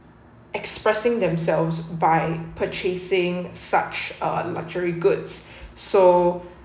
expressing themselves by purchasing such a luxury goods so